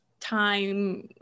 Time